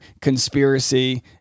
conspiracy